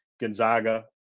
Gonzaga